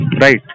Right